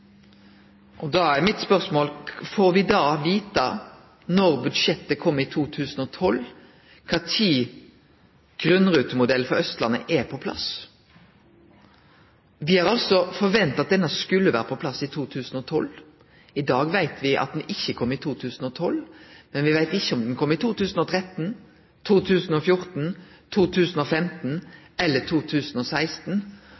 er mitt spørsmål: Får me då vite, når budsjettet kjem i 2012, kva tid grunnrutemodell for Austlandet er på plass? Me hadde altså venta at denne skulle vere på plass i 2012. I dag veit me at han ikkje kjem i 2012, men me veit ikkje om han kjem i 2013, 2014,